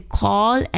call